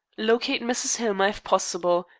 locate mrs. hillmer, if possible.